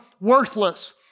worthless